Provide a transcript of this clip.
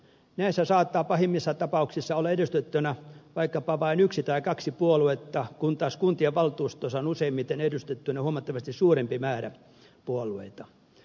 näissä saattaa pahimmissa tapauksissa olla edustettuina vaikkapa vain yksi tai kaksi puoluetta kun taas kuntien valtuustoissa on useimmiten edustettuina huomattavasti suurempi määrä puolueita